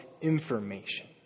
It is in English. information